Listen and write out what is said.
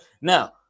now